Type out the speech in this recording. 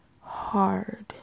hard